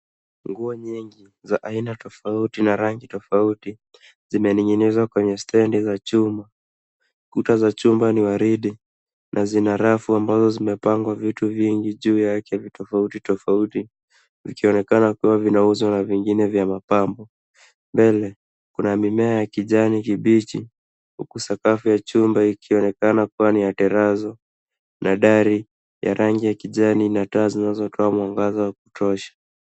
Nguo nyingi za aina tofauti na rangi tofauti zimening'inizwa kwenye stendi za chuma. Kuta za chumba ni waridi na zina rafu ambazo zimepangwa vitu vingi juu yake tofauti tofauti vikionekana kuwa vinauzwa na vingine vya mapambo. Mbele kuna mimea ya kijani kibichi huku sakafu ya chumba ikionekana kuwa ni ya terazo na dari rangi ya kijani na taa zinazotoa mwangaza wa kutosha.